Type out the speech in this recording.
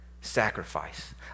sacrifice